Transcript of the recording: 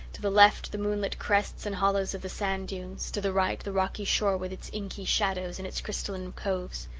to the left the moonlit crests and hollows of the sand-dunes, to the right the rocky shore with its inky shadows and its crystalline coves.